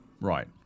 Right